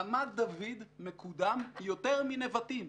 רמת דוד מקודם יותר מנבטים.